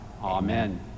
Amen